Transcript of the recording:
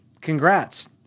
congrats